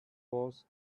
was